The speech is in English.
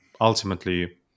ultimately